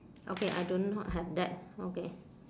okay I do not have that okay